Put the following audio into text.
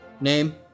name